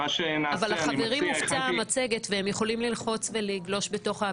מיפינו יחד רמ"י ומינהל התכנון את כל תוכניות הדיור שנמצאות